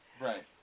Right